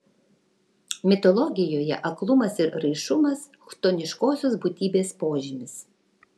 mitologijoje aklumas ir raišumas chtoniškosios būtybės požymis